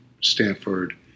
Stanford